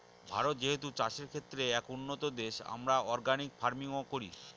ভারত যেহেতু চাষের ক্ষেত্রে এক উন্নতম দেশ, আমরা অর্গানিক ফার্মিং ও করি